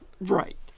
Right